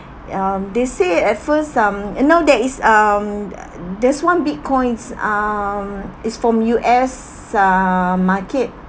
um they say at first um you know there is um there's one Bitcoins um is from U_S um market